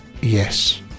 Yes